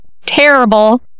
terrible